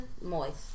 moist